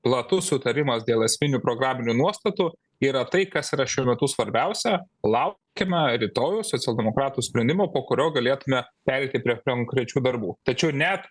platus sutarimas dėl esminių programinių nuostatų yra tai kas yra šiuo metu svarbiausia laukiame rytojaus socialdemokratų sprendimo po kurio galėtume pereiti prie konkrečių darbų tačiau net